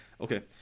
okay